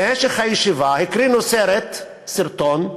במשך הישיבה הקרינו סרט, סרטון,